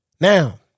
Now